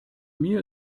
mir